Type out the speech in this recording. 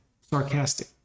sarcastic